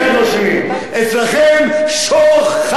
אצלכם, שוחטים.